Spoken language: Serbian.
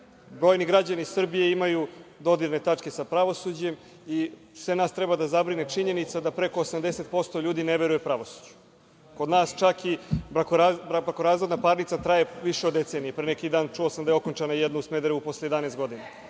Brojni građani Srbije imaju dodirne tačke sa pravosuđem i sve nas treba da zabrine činjenica da preko 80% ljudi ne veruje u pravosuđe. Kod nas čak i brakorazvodna parnica traje više od decenije. Pre neki dan sam čuo da je jedna okončana u Smederevu posle 11 godina